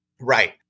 Right